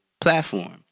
platform